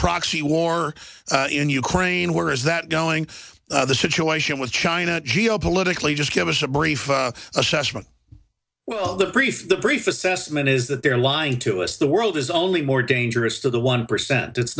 proxy war in ukraine where is that going the situation with china geopolitically just give us a brief assessment well the brief the brief assessment is that they're lying to us the world is only more dangerous to the one percent it's